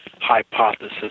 hypothesis